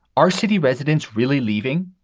are city residents really leaving?